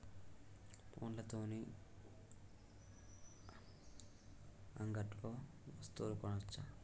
ఫోన్ల తోని అంగట్లో వస్తువులు కొనచ్చా?